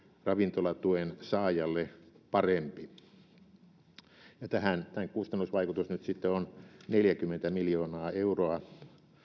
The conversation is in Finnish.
ravintolatuen saajalle parempi tämän kustannusvaikutus on neljäkymmentä miljoonaa euroa